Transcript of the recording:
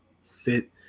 fit